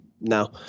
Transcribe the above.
now